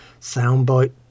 soundbite